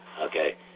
Okay